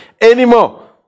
anymore